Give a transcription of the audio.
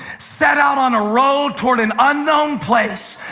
set out on a road toward an unknown place,